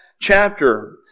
chapter